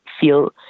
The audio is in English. feel